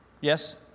Yes